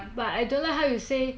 I don't know how to say